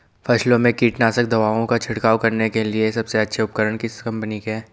फसलों में कीटनाशक दवाओं का छिड़काव करने के लिए सबसे अच्छे उपकरण किस कंपनी के हैं?